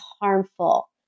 harmful